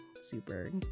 super